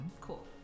Cool